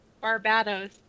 Barbados